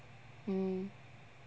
mm